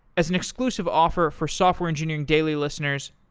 as an inclusive offer for software engineering daily listeners,